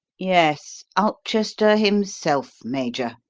yes, ulchester himself, major.